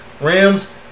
Rams